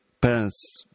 Parents